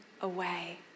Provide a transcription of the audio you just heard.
away